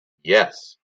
yes